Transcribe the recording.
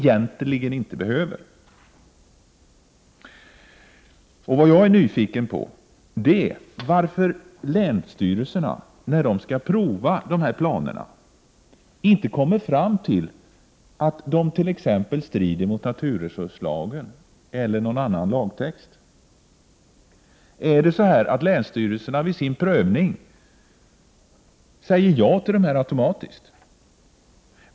Det jag är nyfiken på är varför länsstyrelserna, när de skall pröva dessa planer, inte kommer fram till att de t.ex. strider mot naturresurslagen eller någon annan lag. Är det så att länsstyrelserna vid sin prövning säger ja till dessa planer automatiskt?